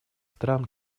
стран